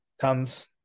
comes